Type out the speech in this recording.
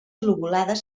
lobulades